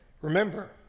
Remember